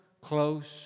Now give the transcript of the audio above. close